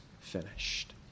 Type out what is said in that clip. finished